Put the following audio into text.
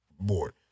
board